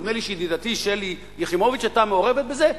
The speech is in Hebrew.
נדמה לי שידידתי שלי יחימוביץ היתה מעורבת בזה,